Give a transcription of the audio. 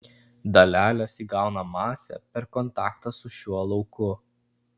dalelės įgauna masę per kontaktą su šiuo lauku